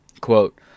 Quote